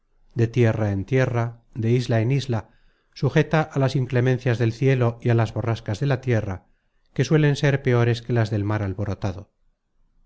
de tierra en tierra de isla en isla sujeta a las inclemencias del cielo y á las borrascas de la tierra que suelen ser peores que las del mar alborotado